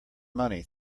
money